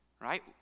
Right